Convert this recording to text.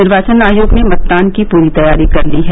निर्वाचन आयोग ने मतदान की पूरी तैयारी कर ली है